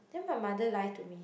then my mother lie to me